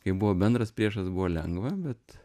kai buvo bendras priešas buvo lengva bet